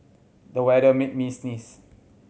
the weather made me sneeze